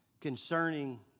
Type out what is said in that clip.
concerning